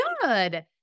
good